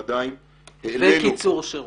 עדיין --- וקיצור השירות.